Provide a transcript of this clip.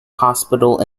hospital